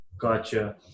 Gotcha